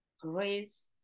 grace